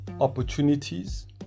opportunities